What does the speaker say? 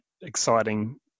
exciting